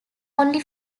only